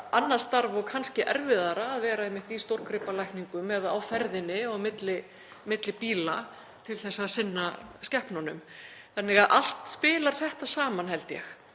annað starf og kannski erfiðara að vera einmitt í stórgripalækningum eða á ferðinni milli bíla til að sinna skepnunum. Þannig að allt spilar þetta saman, held ég.